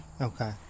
Okay